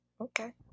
Okay